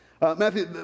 Matthew